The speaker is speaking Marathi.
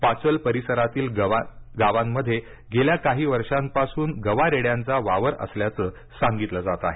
पाचल परिसरातील गावांमध्ये गेल्या काही वर्षांपासून गवा रेड्यांचा वावर असल्याचं सांगितलं जात आहे